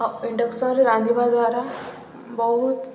ଆଉ ଇଣ୍ଡକ୍ସନ୍ରେ ରାନ୍ଧିବା ଦ୍ୱାରା ବହୁତ